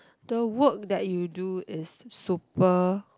the work that you do is super